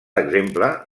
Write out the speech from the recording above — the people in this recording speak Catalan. exemple